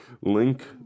Link